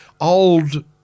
old